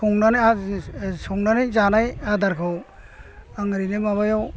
संनानै आरो संनानै जानाय आदारखौ आं एरैनो माबायाव